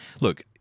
look